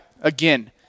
again